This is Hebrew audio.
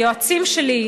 היועצים שלי,